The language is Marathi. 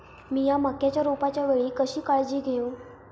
मीया मक्याच्या रोपाच्या वेळी कशी काळजी घेव?